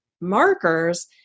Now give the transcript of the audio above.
markers